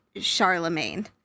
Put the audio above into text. Charlemagne